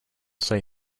say